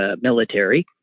military